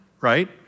right